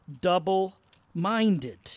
double-minded